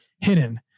hidden